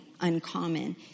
uncommon